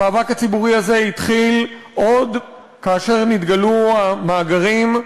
המאבק הציבורי הזה התחיל עוד כאשר נתגלו המאגרים,